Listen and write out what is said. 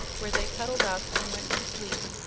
where they cuddled up and went to sleep,